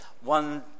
One